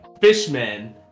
fishmen